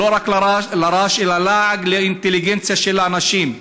לא רק לרש אלא לעג לאינטליגנציה של האנשים,